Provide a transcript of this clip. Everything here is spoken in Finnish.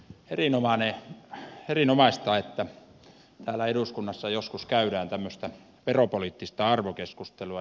erinomaista että täällä eduskunnassa joskus käydään tämmöistä veropoliittista arvokeskustelua